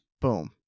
Boom